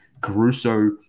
Caruso